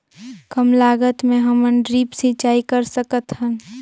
कम लागत मे हमन ड्रिप सिंचाई कर सकत हन?